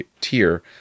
tier